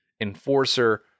Enforcer